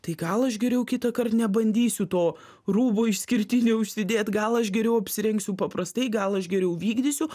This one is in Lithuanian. tai gal aš geriau kitąkart nebandysiu to rūbo išskirtinio užsidėt gal aš geriau apsirengsiu paprastai gal aš geriau vykdysiu